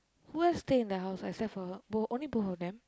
who else stay in the house except for both only both of them